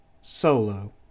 Solo